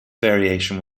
variation